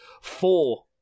four